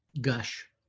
gush